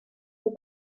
but